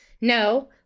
no